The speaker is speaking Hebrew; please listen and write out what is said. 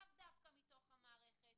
לאו דווקא מתוך המערכת,